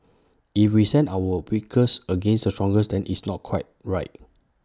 if we send our weakest against the strongest then it's not quite right